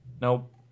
Nope